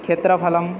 क्षेत्रफलम्